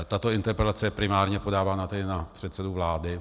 Tato interpelace je primárně podávána tady na předsedu vlády.